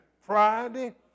Friday